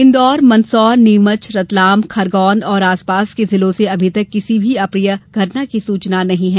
इन्दौर मंदसौर नीमच रतलाम खरगौन और आसपास के जिलों से अभी तक किसी अप्रिय घटना की सूचना नहीं है